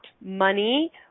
money